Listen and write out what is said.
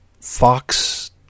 Fox